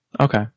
Okay